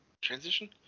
Transition